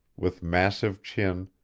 with massive chin,